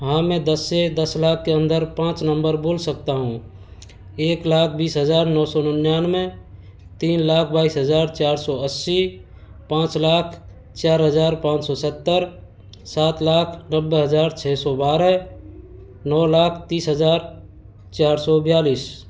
हाँ मैं दस से दस लाख के अंदर पाँच नंबर बोल सकता हूँ एक लाख बीस हज़ार नौ सौ निन्यानवे तीन लाख बाईस चार सौ अस्सी पाँच लाख चार हजार चार सौ सत्तर सात लाख नब्बे हज़ार छः सौ बारह नौ लाख तीस हजार चार सौ बयालीस